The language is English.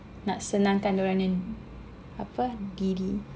nak senang kan diorang nya apa diri